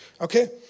okay